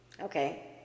Okay